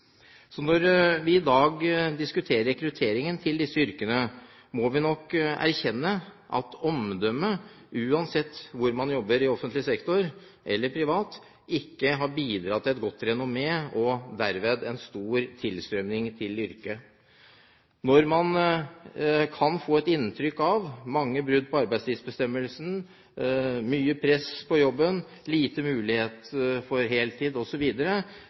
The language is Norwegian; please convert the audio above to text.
Så når vi i dag diskuterer rekrutteringen til disse yrkene, må vi nok erkjenne at omdømmet, uansett hvor man jobber, i offentlig sektor eller privat, ikke har bidratt til et godt renommé og derved en stor tilstrømning til yrket. Når man kan få et inntrykk av mange brudd på arbeidstidsbestemmelser, mye press på jobben, liten mulighet for heltid